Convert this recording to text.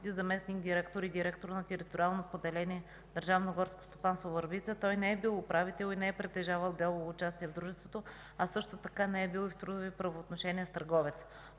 заместник-директор и директор на териториално поделение Държавно горско стопанство – Върбица, той не е бил управител и не е притежавал дялово участие в дружеството, а също така не е бил в трудови правоотношения с търговеца.